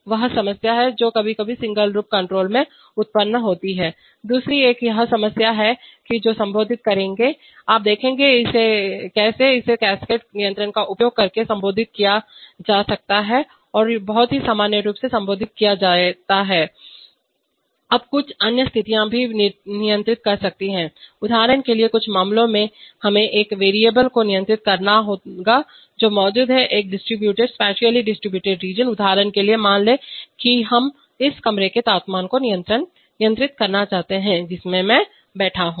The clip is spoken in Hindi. तो यह वह समस्या है जो कभी कभी सिंगल लूप कण्ट्रोल में उत्पन्न होती है दूसरे यह एक समस्या है जो संबोधित करेगी आप देखेंगे कि कैसे इसे कैस्केड नियंत्रण का उपयोग करके संबोधित किया जा सकता है और बहुत ही सामान्य रूप से संबोधित किया जाता है अब कुछ अन्य स्थितियां भी नियंत्रित कर सकती हैं उदाहरण के लिए कुछ मामलों में हमें एक वेरिएबल को नियंत्रित करना होगा जो मौजूद है एक डिस्ट्रिब्यूटेड सपटिआली डिस्ट्रिब्यूटेड रीजन उदाहरण के लिए मान लें कि हम इस कमरे में तापमान को नियंत्रित करना चाहते हैं जिसमें मैं बैठा हूं